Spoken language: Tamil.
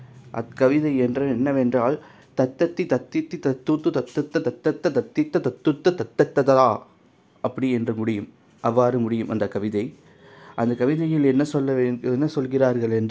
அக்கவிதை என்று என்னவென்றால் தத்தத்தி தத்தித்து தத்தொத்து தத்தத்த தத்தத்த தத்தித்த தத்தொத்த தத்தத்த தா அப்படி என்று முடியும் அவ்வாறு முடியும் அந்த கவிதை அந்த கவிதையில் என்ன சொல்லவே என்ன சொல்கிறார்கள் என்றால்